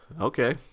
okay